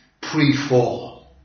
pre-fall